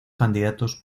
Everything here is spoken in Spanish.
candidatos